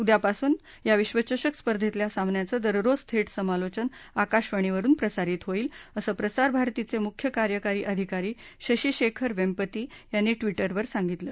उद्यापासून या विश्वचषक स्पर्धेतल्या सामन्यांचं दररोज थेट समालोचन आकाशवाणीवरुन प्रसारित होईल असं प्रसारभारतीचे मुख्य कार्यकारी अधिकारी शशी शेखर वेंपती यांनी ट्विटखर सांगितलं